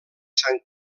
sant